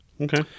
Okay